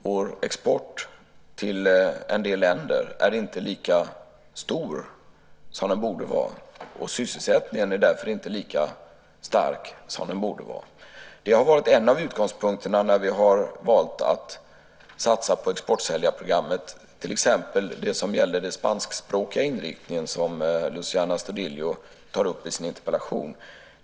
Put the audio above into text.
Vår export till en del länder är inte lika stor som den borde vara, och sysselsättningen är därför inte lika stark som den borde vara. Det har varit en av utgångspunkterna när vi har valt att satsa på exportsäljarprogrammet, till exempel den spanskspråkiga inriktningen som Luciano Astudillo tar upp i sin interpellation.